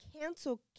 cancel